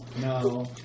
No